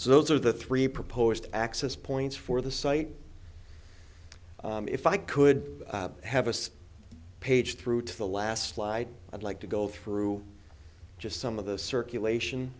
so those are the three proposed access points for the site if i could have a page through to the last slide i'd like to go through just some of the circulation